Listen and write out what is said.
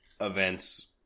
events